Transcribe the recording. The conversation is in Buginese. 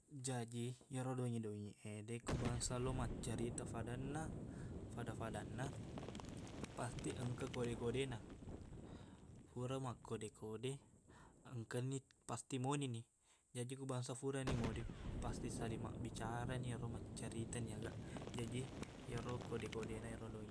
Jaji iyaro dongiq-dongiq e dekku bangsa lo maccarita fadanna fada-fadanna pasti engka kode-kodena fura makkode-kode engkani- pasti monini jaji ko bangsa furani mode pasti saling mabbicarani ero maccaritani aga jaji ero kode-kodena ero dongiq